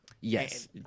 Yes